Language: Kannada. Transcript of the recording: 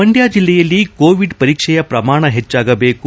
ಮಂಡ್ಹ ಜಲ್ಲೆಯಲ್ಲಿ ಕೋವಿಡ್ ಪರೀಕ್ಷೆಯ ಪ್ರಮಾಣ ಹೆಚ್ಚಾಗಬೇಕು